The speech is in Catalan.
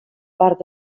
part